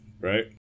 Right